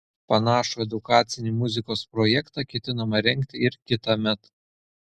panašų edukacinį muzikos projektą ketinama rengti ir kitąmet